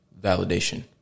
validation